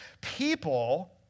people